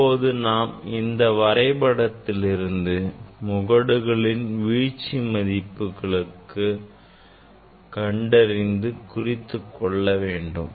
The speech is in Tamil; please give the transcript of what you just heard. இப்போது நாம் இந்த வரைபடத்திலிருந்து முகடுகளின் வீழ்ச்சி மதிப்புகளை கண்டறிந்து குறித்துக்கொள்ள வேண்டும்